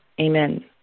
Amen